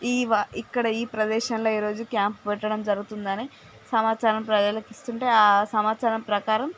ఈ వ ఇక్కడ ఈ ప్రదేశంలో ఈరోజు క్యాంపు పెట్టడం జరుగుతుందనీ సమాచారం ప్రజలకి ఇస్తుంటే ఆ సమాచారం ప్రకారం